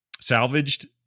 salvaged